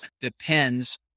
depends